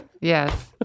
yes